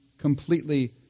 Completely